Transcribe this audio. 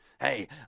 Hey